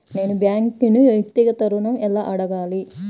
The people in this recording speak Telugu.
నేను బ్యాంక్ను వ్యక్తిగత ఋణం ఎలా అడగాలి?